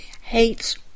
Hates